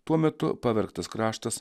tuo metu pavergtas kraštas